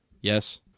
Yes